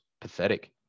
pathetic